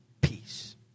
peace